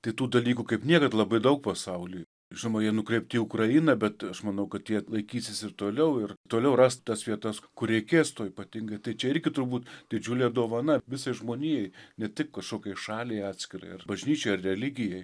tai tų dalykų kaip niekad labai daug pasauly žinoma jie nukreipti į ukrainą bet aš manau kad jie laikysis ir toliau ir toliau ras tas vietas kur reikės to ypatingai tai čia irgi turbūt didžiulė dovana visai žmonijai ne tik kažkokiai šaliai atskirai ar bažnyčiai ar religijai